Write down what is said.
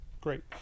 great